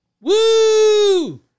Woo